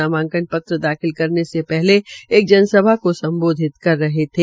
नामांकन दाखिल करने से एक जनसभा को सम्बोधित कर रहे थे